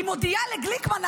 היא מודיעה לגליקמן,